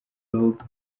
avuga